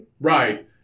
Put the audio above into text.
Right